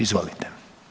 Izvolite.